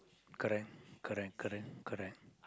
correct correct correct correct